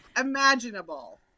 imaginable